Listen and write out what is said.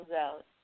out